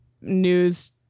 news